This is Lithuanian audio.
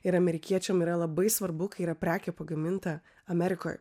ir amerikiečiam yra labai svarbu kai yra prekė pagaminta amerikoj